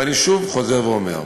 ואני שוב חוזר ואומר: